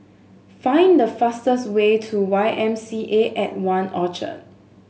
find the fastest way to Y M C A at One Orchard